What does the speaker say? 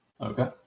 Okay